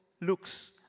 looks